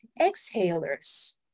exhalers